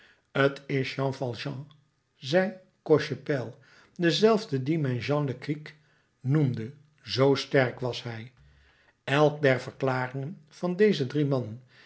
t is jean valjean zei cochepaille dezelfde dien men jean le cric noemde zoo sterk was hij elk der verklaringen van deze drie mannen